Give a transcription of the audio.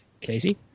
Casey